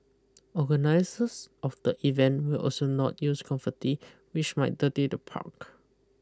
organisers of the event will also not use confetti which might dirty the park